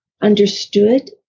understood